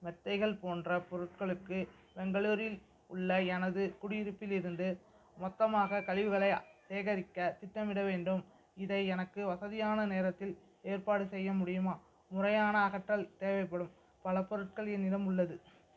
மெத்தைகள் போன்ற பொருட்களுக்கு பெங்களூரில் உள்ள எனது குடியிருப்பில் இருந்து மொத்தமாக கழிவுகளை சேகரிக்க திட்டமிட வேண்டும் இதை எனக்கு வசதியான நேரத்தில் ஏற்பாடு செய்ய முடியுமா முறையான அகற்றல் தேவைப்படும் பல பொருட்கள் என்னிடம் உள்ளது